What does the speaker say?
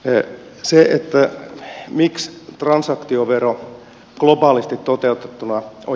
miksi transaktiovero globaalisti toteutettuna on järkevä